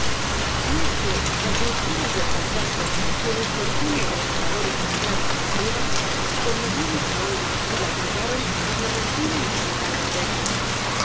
y es que las dulzuras del paisaje y el infortunio de los moradores esclavos á la gleba conmovieron su alma y la obligaron á prorrumpir en espontáneos versos